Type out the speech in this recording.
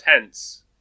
tense